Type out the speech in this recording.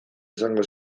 esango